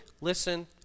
listen